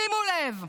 שימו לב: